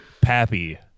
Pappy